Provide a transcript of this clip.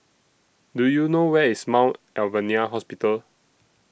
Do YOU know Where IS Mount Alvernia Hospital